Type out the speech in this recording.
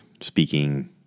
speaking